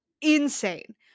insane